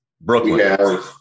Brooklyn